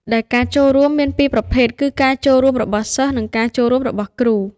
ដែលការចូលរួមមានពីរប្រភេទគឺការចូលរួមរបស់សិស្សនិងការចូលរួមរបស់គ្រូ។